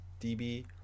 DB